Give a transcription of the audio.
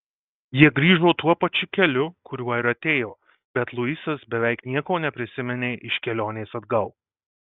jie grįžo tuo pačiu keliu kuriuo ir atėjo bet luisas beveik nieko neprisiminė iš kelionės atgal